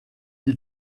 die